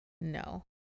No